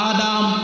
Adam